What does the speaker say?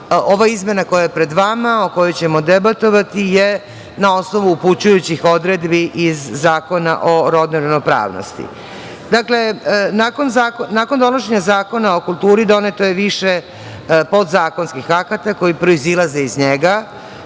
ova izmena koja je pred vama, o kojoj ćemo debatovati, je na osnovu upućujućih odredbi iz Zakona o rodnoj ravnopravnosti. Dakle, nakon donošenja Zakona o kulturi, doneto je više podzakonskih akata koji proizilaze iz njega,